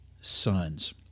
sons